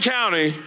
County